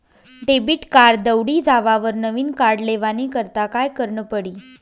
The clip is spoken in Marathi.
डेबिट कार्ड दवडी जावावर नविन कार्ड लेवानी करता काय करनं पडी?